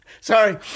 Sorry